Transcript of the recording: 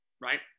right